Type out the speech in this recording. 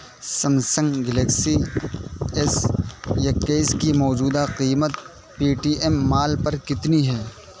Samsung Galaxy S اکیس کی موجودہ قیمت پے ٹی ایم مال پر کتنی ہے